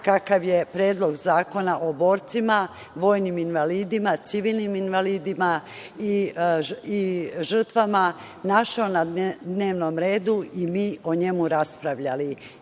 kakav je Predlog zakona o borcima, vojnim invalidima, civilnim invalidima i žrtvama našao na dnevnom redu i mi o njemu raspravljali. Na